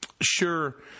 sure